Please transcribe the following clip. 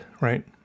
right